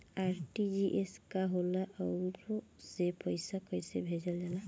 RTGS का होला आउरओ से पईसा कइसे भेजल जला?